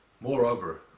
Moreover